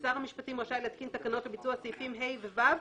(ט)שר המשפטים רשאי להתקין תקנות לביצוע סעיפים קטנים (ה) ו- (ו),